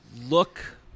look